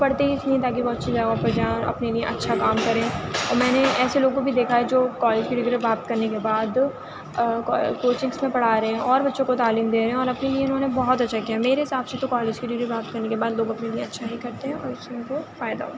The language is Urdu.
پڑھتے ہی اِس لیے ہیں تاکہ وہ اچھی جگہوں پہ جائیں اور اپنے لیے اچھا کام کریں اور میں نے ایسے لوگوں کو دیکھا ہے جو کالج کی ڈگری پراپت کرنے کے بعد اور کوچنگس میں پڑھا رہے ہیں اور بچوں کو تعلیم دے رہے ہیں اور اپنے لیے اِنہوں نے بہت اچھا کیا میرے حساب سے تو کالج کی ڈگری پراپت کرنے کے بعد لوگ اپنے لیے اچھا ہی کرتے ہیں اور اُس سے اُن کو فائدہ ہو